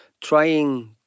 trying